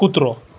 કૂતરો